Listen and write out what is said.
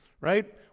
right